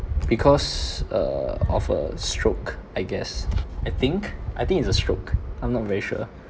because uh of a stroke I guess I think I think it's a stroke I'm not very sure